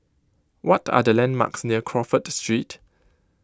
what are the landmarks near Crawford Street